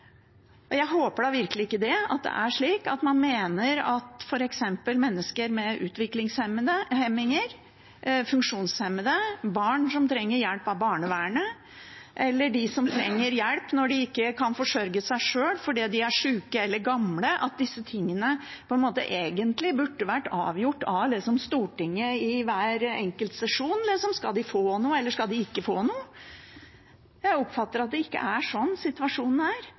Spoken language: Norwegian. Jeg håper da virkelig ikke at det er slik at man mener at når det gjelder f.eks. mennesker med utviklingshemninger, funksjonshemmede, barn som trenger hjelp av barnevernet, eller de som trenger hjelp når de ikke kan forsørge seg sjøl fordi de er syke eller gamle, burde det egentlig vært avgjort av Stortinget i hver enkelt sesjon om de skal få noe, eller ikke skal få noe. Jeg oppfatter at det ikke er sånn situasjonen er.